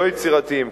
לא יצירתיים,